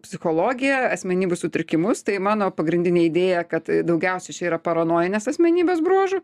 psichologiją asmenybių sutrikimus tai mano pagrindinė idėja kad daugiausia čia yra paranojinės asmenybės bruožų